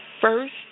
first